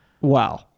Wow